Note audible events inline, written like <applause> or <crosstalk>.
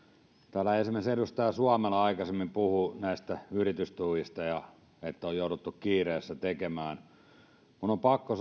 täällä esimerkiksi edustaja suomela aikaisemmin puhui näistä yritystuista että on jouduttu kiireessä tekemään minun on pakko <unintelligible>